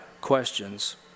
questions